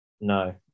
No